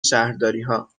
شهرداریها